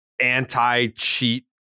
anti-cheat